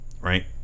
right